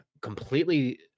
completely